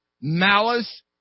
malice